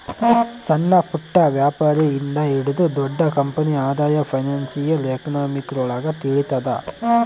ಸಣ್ಣಪುಟ್ಟ ವ್ಯಾಪಾರಿ ಇಂದ ಹಿಡಿದು ದೊಡ್ಡ ಕಂಪನಿ ಆದಾಯ ಫೈನಾನ್ಶಿಯಲ್ ಎಕನಾಮಿಕ್ರೊಳಗ ತಿಳಿತದ